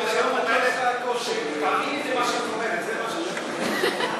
מה שאת אומרת, זה מה, רגע,